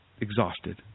exhausted